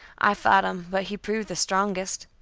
i fought him, but he proved the strongest.